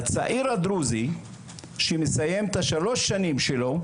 והצעיר הדרוזי שמסיים את השלוש שנים שלו,